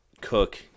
Cook